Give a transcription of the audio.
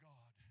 God